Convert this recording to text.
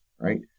right